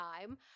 time